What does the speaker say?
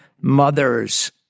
mothers